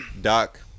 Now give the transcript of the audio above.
Doc